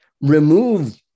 Remove